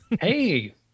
Hey